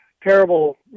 terrible